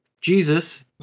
Jesus